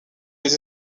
les